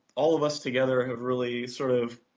all of us together have really sort of